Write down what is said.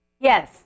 yes